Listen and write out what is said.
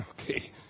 Okay